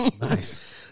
Nice